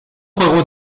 juego